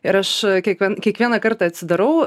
ir aš kiekvien kiekvieną kartą atsidarau